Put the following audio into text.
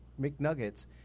McNuggets